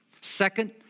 Second